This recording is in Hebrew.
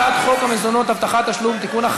הצעת חוק המזונות (הבטחת תשלום) (תיקון,